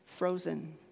frozen